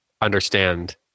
understand